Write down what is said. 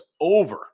over